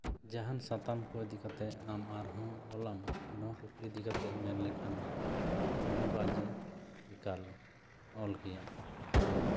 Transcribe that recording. ᱡᱟᱦᱟᱱ ᱥᱟᱛᱟᱢ ᱠᱚ ᱤᱫᱤ ᱠᱟᱛᱮᱜ ᱟᱢ ᱟᱨᱦᱚᱸ ᱚᱞᱟᱢ ᱱᱚᱣᱟ ᱠᱩᱠᱞᱤ ᱤᱫᱤ ᱠᱟᱛᱮᱜ ᱢᱮᱱ ᱞᱮᱠᱷᱟᱱ ᱢᱮᱱᱚᱜᱚᱜᱼᱟ ᱡᱮ ᱮᱠᱟᱞ ᱚᱞ ᱜᱮᱭᱟ